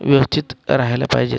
व्यवस्थित रहायला पाहिजे